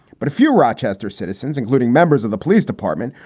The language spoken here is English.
but a few rochester citizens, including members of the police department,